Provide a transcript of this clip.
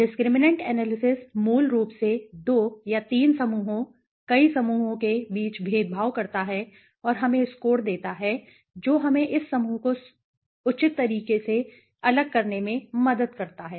discriminant analysis मूल रूप से 2 या 3 समूहों कई समूहों के बीच भेदभाव करता है और हमें स्कोर देता है जो हमें इस समूह को उचित तरीके से अलग करने में मदद करता है